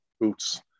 boots